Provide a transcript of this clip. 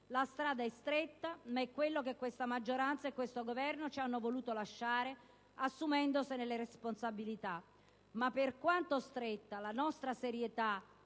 La strada è stretta, ma è quello che questa maggioranza e questo Governo ci hanno voluto lasciare, assumendosene le responsabilità. Ma per quanto stretta, la nostra serietà,